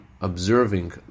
observing